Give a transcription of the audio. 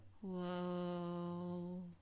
Whoa